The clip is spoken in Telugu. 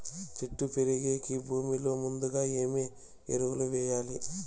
చెట్టు పెరిగేకి భూమిలో ముందుగా ఏమి ఎరువులు వేయాలి?